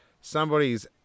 somebody's